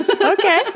Okay